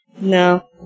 No